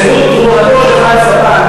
בזכות תרומתו של חיים סבן.